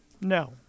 no